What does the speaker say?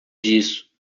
disso